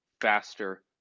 faster